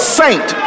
saint